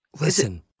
Listen